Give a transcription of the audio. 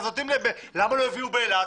למה לא הביאו באילת?